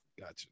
Gotcha